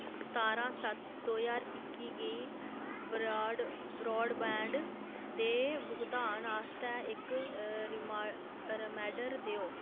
सतारां सत्त दो ज्हार इक्की गी ब्रॉड ब्रॉडबैण्ड दे भुगतान आस्तै इक रिम रिमाइंडर देओ